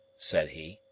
said he.